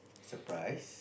surprised